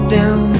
down